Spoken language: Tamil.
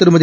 திருமதி